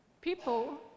people